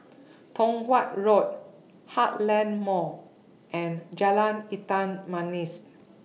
Tong Watt Road Heartland Mall and Jalan Hitam Manis